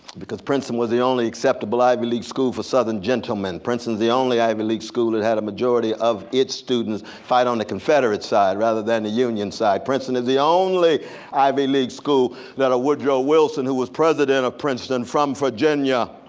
because princeton was the only acceptable ivy league school for southern gentlemen. princeton's the only ivy league school that had a majority of its students fight on the confederate side rather than the union side. princeton is the only ivy league school that a woodrow wilson, who was president of princeton from virginia,